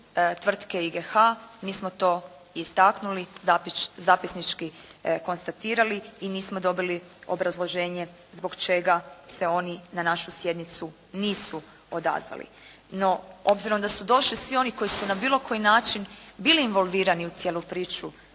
tvrtke IGH, mi smo to istaknuli, zapisnički konstatirali i nismo dobili obrazloženje zbog čega se oni na našu sjednicu nisu odazvali. No, obzirom da su došli svi oni koji su na bilo koji način bili involvirani u cijelu priču